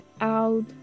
out